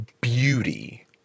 beauty